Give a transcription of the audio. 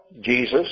Jesus